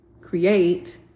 create